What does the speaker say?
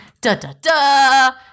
Da-da-da